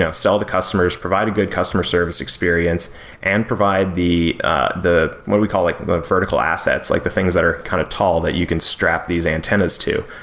yeah sell to customers, provide a good customer service experience and provide the the what we call like the vertical assets, like the things that are kind of tall that you can strap these antennas to,